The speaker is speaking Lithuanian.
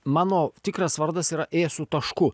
mano tikras vardas yra ė su tašku